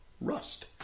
rust